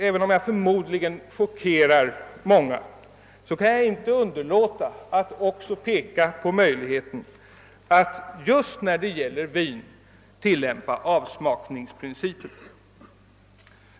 Även om jag antagligen chockerar många kan jag inte underlåta att avslutningsvis peka på möjligheten att just när det gäller vin tillämpa avsmakningsprincipen.